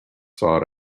sought